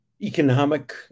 economic